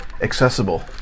accessible